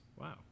wow